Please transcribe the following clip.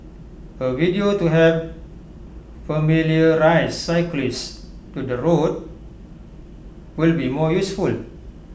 A video to help familiarise cyclists to the route will be more useful